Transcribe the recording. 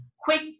quick